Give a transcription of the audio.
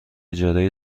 اجاره